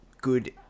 good